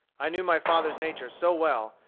i knew my father's nature so well,